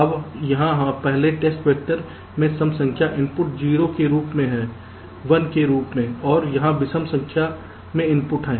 अब यहाँ पहले टेस्ट वेक्टर में सम संख्या इनपुट 0 के रूप में है 1 के रूप में और यहाँ विषम संख्या में इनपुट है